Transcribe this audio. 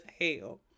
hell